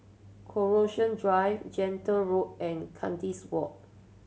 Coronation Drive Gentle Road and Kandis Walk